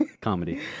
comedy